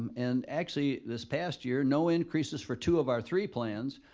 and actually this past year no increases for two of our three plans